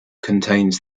contains